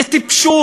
זה טיפשות.